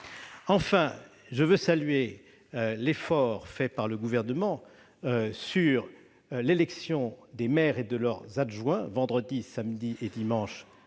Enfin, je veux saluer l'effort fait par le Gouvernement pour l'élection des maires et de leurs adjoints, prévue initialement vendredi, samedi et dimanche